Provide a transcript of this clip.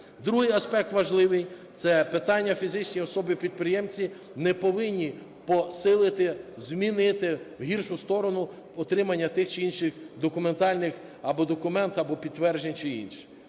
Другий аспект важливий – це питання, фізичні особи-підприємці не повинні посилити, змінити в гіршу сторону отримання тих чи інших документальних… або документ, або підтверджень чи інше.